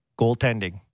goaltending